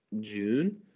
June